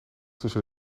tussen